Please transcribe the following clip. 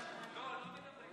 לא מבין,